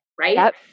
right